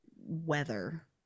weather